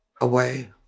away